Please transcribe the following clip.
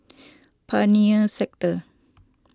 Pioneer Sector